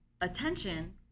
attention